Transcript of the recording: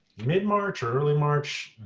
mid-march or early march,